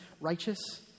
righteous